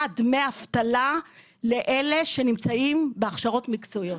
דמי אבטלה לאלה שנמצאים בהכשרות מקצועיות.